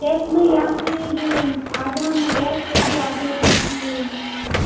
cash में या फिर आधा मैं कैश कर दूँ आधा जो भी है ई एम आई ही